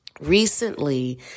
recently